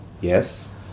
Yes